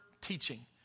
teaching